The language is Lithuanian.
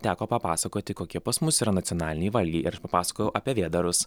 teko papasakoti kokie pas mus yra nacionaliniai valgiai ir aš papasakojau apie vėdarus